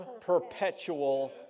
perpetual